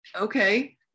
okay